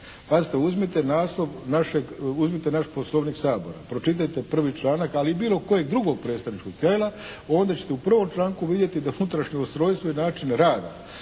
uzmite naš Poslovnik Sabora, pročitajte 1. članak ali i bilo kojeg drugog predstavničkog tijela onda ćete u 1. članku vidjeti da unutrašnje ustrojstvo i način rada